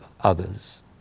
others